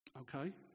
Okay